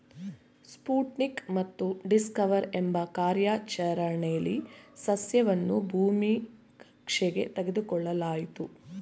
Sputnik ಮತ್ತು Discover ಎಂಬ ಕಾರ್ಯಾಚರಣೆಲಿ ಸಸ್ಯವನ್ನು ಭೂಮಿ ಕಕ್ಷೆಗೆ ತೆಗೆದುಕೊಳ್ಳಲಾಯ್ತು